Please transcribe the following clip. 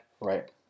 Right